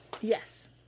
Yes